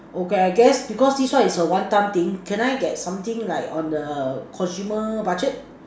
okay I guess because this one is a one time thing can I get something like on a consumer budget